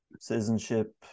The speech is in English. citizenship